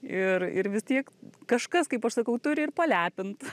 ir ir vis tiek kažkas kaip aš sakau turi ir palepint